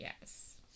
Yes